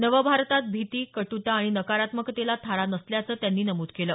नवभारतात भिती कट्रता आणि नकारात्मकतेला थारा नसल्याचं त्यांनी नमूद केलं